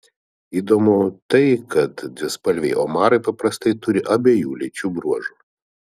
įdomu tai kad dvispalviai omarai paprastai turi abiejų lyčių bruožų